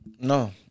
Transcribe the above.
No